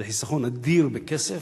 זה חיסכון אדיר בכסף,